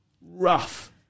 Rough